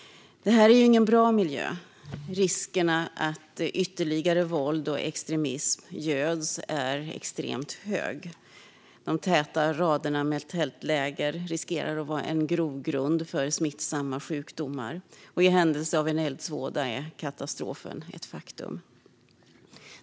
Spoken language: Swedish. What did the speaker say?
Det här är ingen bra miljö. Riskerna att ytterligare våld och extremism göds är extremt hög. De täta raderna i tältlägren riskerar vara grogrund för smittosamma sjukdomar. I händelse av eldsvåda är katastrofen ett faktum.